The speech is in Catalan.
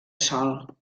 sol